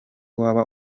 waba